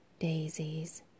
daisies